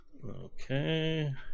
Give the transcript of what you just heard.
okay